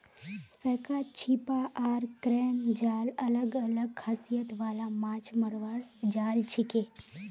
फेका छीपा आर क्रेन जाल अलग अलग खासियत वाला माछ मरवार जाल छिके